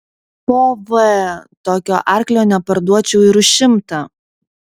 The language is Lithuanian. po v tokio arklio neparduočiau ir už šimtą